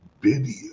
video